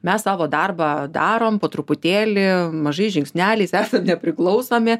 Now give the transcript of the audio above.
mes savo darbą darom po truputėlį mažais žingsneliais esam nepriklausomi